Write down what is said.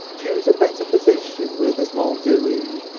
choose a better position where there's more doing,